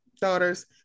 daughters